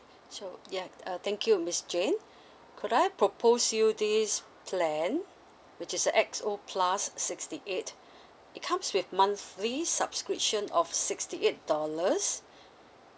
so ya uh thank you miss jane could I propose you this plan which is X_O plus sixty eight it comes with monthly subscription of sixty eight dollars